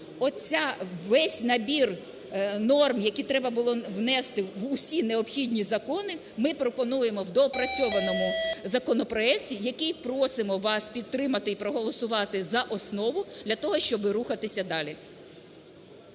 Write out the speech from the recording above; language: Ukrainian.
оцей весь набір норм, які треба було внести в усі необхідні закони, ми пропонуємо в доопрацьованому законопроекті, який просимо вас підтримати і проголосувати за основу для того, щоби рухатися далі.